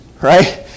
right